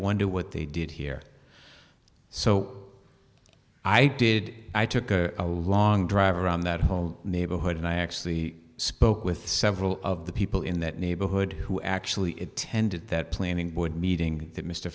wonder what they did here so i did i took a long drive around that neighborhood and i actually spoke with several of the people in that neighborhood who actually it tended that planning board meeting that mr